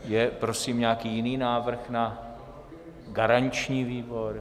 Je prosím nějaký jiný návrh na garanční výbor?